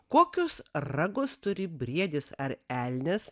kokius ragus turi briedis ar elnias